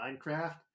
Minecraft